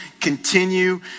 Continue